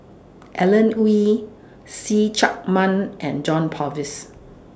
Alan Oei See Chak Mun and John Purvis